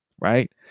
right